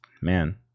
man